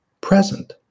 present